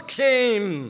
came